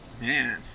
Man